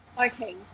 Okay